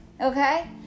okay